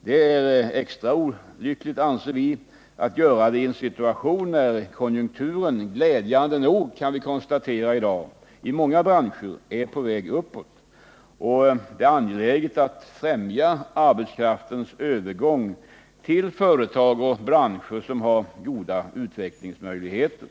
Det är extra olyckligt att göra det i en situation när vi kan konstatera att konjunkturen i många branscher — glädjande nog — är på väg uppåt och det är angeläget att främja arbetskraftens övergång till företag och branscher som har goda utvecklingsmöjligheter.